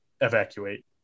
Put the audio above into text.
evacuate